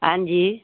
हां जी